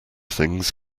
things